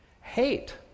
Hate